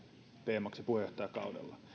teemaksi puheenjohtajakaudella